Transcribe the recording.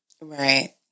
Right